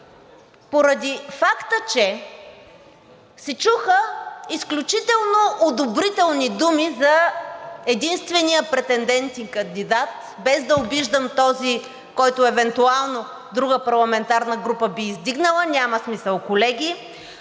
Поради факта, че се чуха изключително одобрителни думи за единствения претендент и кандидат, без да обиждам този, който евентуално друга парламентарна група би издигнала, няма смисъл, колеги,